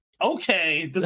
Okay